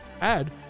add